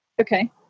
okay